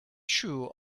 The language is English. shoe